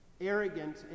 arrogant